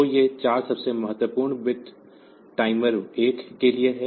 तो ये 4 सबसे महत्वपूर्ण बिट्स टाइमर 1 के लिए हैं